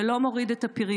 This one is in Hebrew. זה לא מוריד את הפריון.